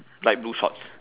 light blue shorts